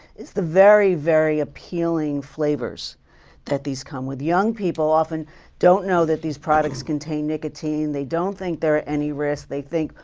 is the very, very appealing flavors that these come with. young people often don't know that these products contain nicotine. they don't think they're at any risk. they think,